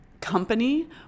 company